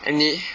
and 你